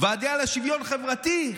ועדה לשוויון חברתי?